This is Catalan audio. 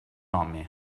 home